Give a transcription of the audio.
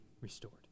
restored